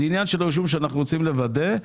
זה עניין של רישום שאנחנו רוצים לוודא.